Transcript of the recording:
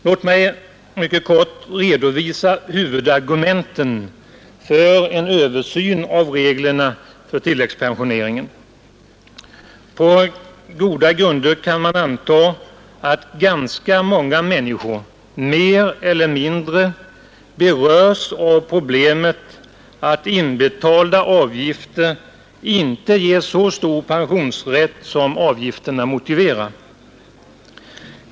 Låt mig mycket kort redovisa huvudargumenten för en översyn av reglerna för tilläggspensioneringen. På goda grunder kan man anta att ganska många människor mer eller mindre berörs av problemet att inbetalda avgifter inte ger så stor pensionsrätt som avgifterna motiverar.